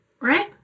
Right